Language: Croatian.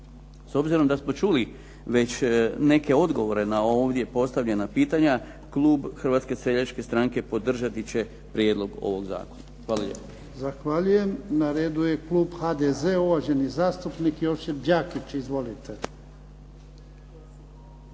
S obzirom da smo čuli već neke odgovore na ovdje postavljena pitanja klub Hrvatske seljačke stranke podržati će prijedlog ovog zakona. Hvala lijepo.